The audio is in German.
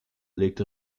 legte